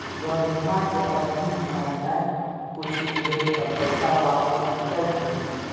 ज बीमा के अवधि म नय कुछो भेल त पैसा वापस मिलते की नय?